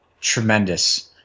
Tremendous